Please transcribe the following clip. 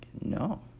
no